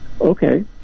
Okay